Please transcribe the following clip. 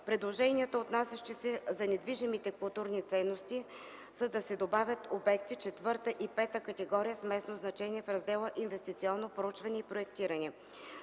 Предложенията, отнасящи се за недвижимите културни ценности са да се добавят обекти четвърта и пета категория с местно значение в раздела „Инвестиционно проучване и проектиране”.